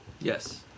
Yes